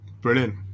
brilliant